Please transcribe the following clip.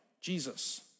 Jesus